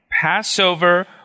Passover